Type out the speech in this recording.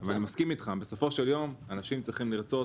ואני מסכים איתך שבסופו של יום אנשים צריכים לרצות